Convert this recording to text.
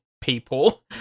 people